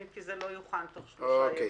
כי זה לא יוכן נוסח בתוך שלושה ימים.